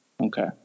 Okay